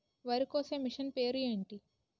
వరి కోసే మిషన్ పేరు ఏంటి